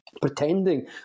pretending